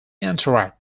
interact